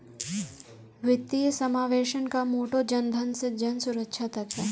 वित्तीय समावेशन का मोटो जनधन से जनसुरक्षा तक है